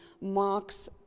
marks